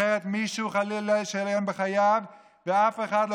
אחרת מישהו חלילה ישלם בחייו ואף אחד לא